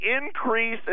increase